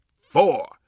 four